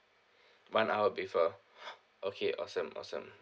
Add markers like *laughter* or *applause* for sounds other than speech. *breath* one hour before *breath* okay awesome awesome